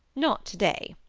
not today.